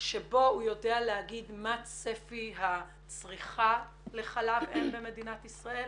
בו הוא יודע לומר מה צפי הצריכה לחלב אם במדינת ישראל?